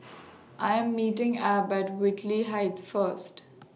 I Am meeting Abb At Whitley Heights First